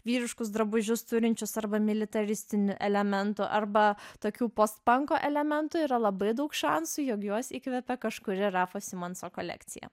vyriškus drabužius turinčius arba militaristinių elementų arba tokių postpanko elementų yra labai daug šansų jog juos įkvepia kažkuri rafo simonso kolekcija